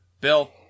Bill